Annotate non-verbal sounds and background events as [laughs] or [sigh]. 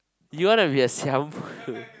you want to be a siam [laughs]